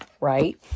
right